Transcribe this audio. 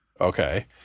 Okay